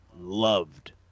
Loved